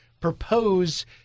propose